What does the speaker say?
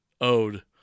owed